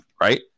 Right